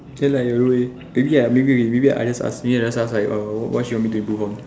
then like don't know leh maybe I maybe I just asking and stuff like oh what she want me improve on